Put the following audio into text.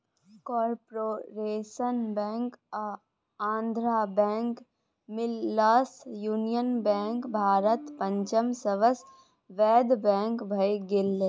corporation bank आ Andhra bank मिललासँ union bank भारतक पाँचम सबसँ पैघ बैंक भए गेलै